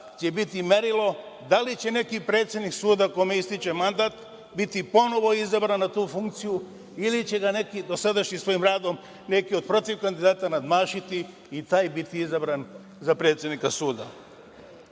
će biti merilo da li će neki predsednik suda kome ističe mandat biti ponovo izabran na tu funkciju ili će ga neki dosadašnjim svojim radom, neki od protiv kandidata nadmašiti i taj biti izabran za predsednika suda. Ono